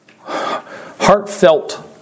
Heartfelt